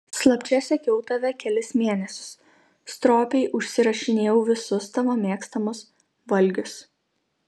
slapčia sekiau tave kelis mėnesius stropiai užsirašinėjau visus tavo mėgstamus valgius